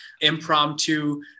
impromptu